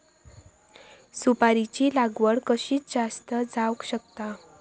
सुपारीची लागवड कशी जास्त जावक शकता?